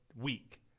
week